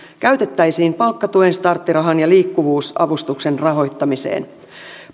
käytettäisiin palkkatuen starttirahan ja liikkuvuusavustuksen rahoittamiseen